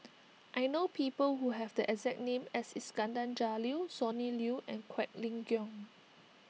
I know people who have the exact name as Iskandar Jalil Sonny Liew and Quek Ling Kiong